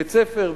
בית-ספר,